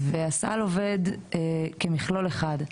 כי הסל עובד כמכלול אחד.